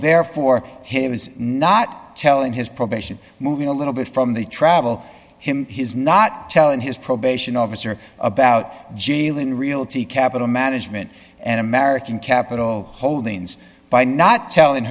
therefore he was not telling his probation moving a little bit from the travel him his not telling his probation officer about jaylen realty capital management and american capital holdings by not telling